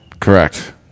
Correct